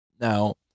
now